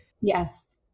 Yes